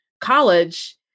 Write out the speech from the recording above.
college